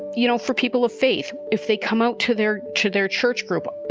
you know, for people of faith, if they come out to their to their church group,